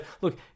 look